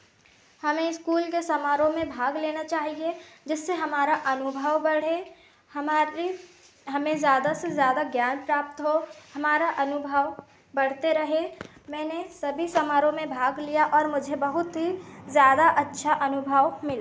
हमें इस्कूल के समारोह में भाग लेना चाहिए जिससे हमारा अनुभव बढ़े हमारी हमें ज़्यादा से ज़्यादा ज्ञान प्राप्त हो हमारा अनुभव बढ़ते रहे मैंने सभी समारोह में भाग लिया और मुझे बहुत ही ज़्यादा अच्छा अनुभाव मिला